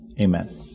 Amen